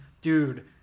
dude